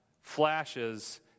flashes